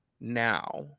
now